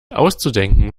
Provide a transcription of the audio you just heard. auszudenken